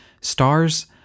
Stars